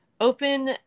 open